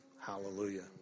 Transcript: Hallelujah